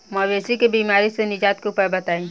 मवेशी के बिमारी से निजात के उपाय बताई?